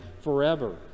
forever